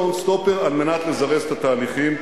שמים שעון "סטופר" על מנת לזרז את התהליכים,